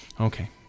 okay